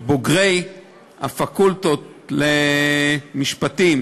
שבוגרי הפקולטות למשפטים